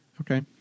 Okay